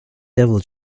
devil